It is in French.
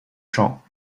champs